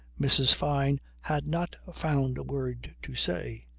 mrs. fyne had not found a word to say.